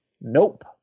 nope